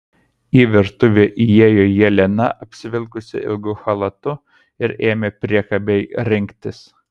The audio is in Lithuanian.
į virtuvę įėjo jelena apsivilkusi ilgu chalatu ir ėmė priekabiai rinktis